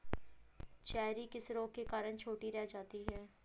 Cherry किस रोग के कारण छोटी रह जाती है?